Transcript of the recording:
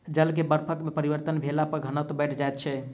जल के बर्फ में परिवर्तन भेला पर घनत्व बैढ़ जाइत छै